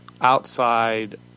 outside